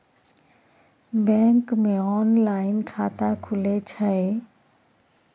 Bank मे online खाता खुले छै?